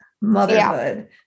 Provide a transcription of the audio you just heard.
Motherhood